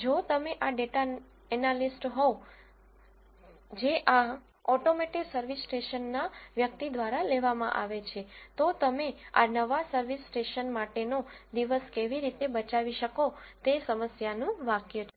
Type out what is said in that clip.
જો તમે data analyst હોવ જે આ ઓટોમોટીવ સર્વિસ સ્ટેશનના વ્યક્તિ દ્વારા લેવામાં આવે છે તો તમે આ નવા સર્વિસ સ્ટેશન માટેનો દિવસ કેવી રીતે બચાવી શકો છો તે સમસ્યાનું વાક્ય છે